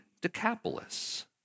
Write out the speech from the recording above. Decapolis